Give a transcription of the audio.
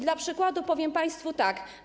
Dla przykładu powiem państwu tak.